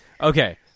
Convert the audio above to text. Okay